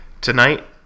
Tonight